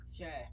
Okay